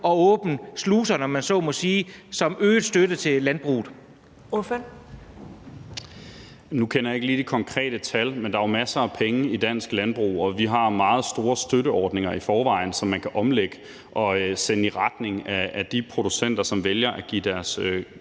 Ordføreren. Kl. 10:43 Carl Valentin (SF): Nu kender jeg ikke lige de konkrete tal, men der er jo masser af penge i dansk landbrug, og vi har meget store støtteordninger i forvejen, som man kan omlægge og sende i retning af de producenter, som vælger at give deres